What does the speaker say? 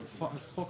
חוק